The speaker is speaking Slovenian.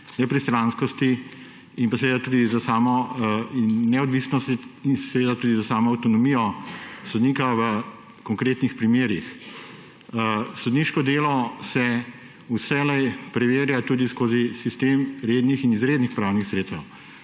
nepristranskosti in pa tudi za samo neodvisnost in za samo avtonomijo sodnika v konkretnih primerih. Sodniško delo se vselej preverja tudi skozi sistem rednih in izrednih pravnih sredstev.